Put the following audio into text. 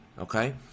Okay